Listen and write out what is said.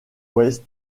ouest